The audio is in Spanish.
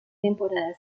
temporada